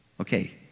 Okay